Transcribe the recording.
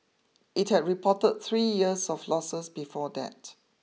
it had reported three years of losses before that